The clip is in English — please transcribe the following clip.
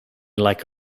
like